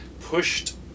pushed